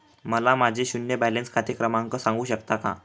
मला माझे शून्य बॅलन्स खाते क्रमांक सांगू शकता का?